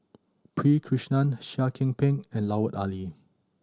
P Krishnan Seah Kian Peng and Lut Ali